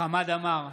חמד עמאר,